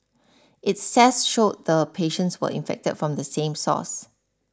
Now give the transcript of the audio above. its tests showed the patients were infected from the same source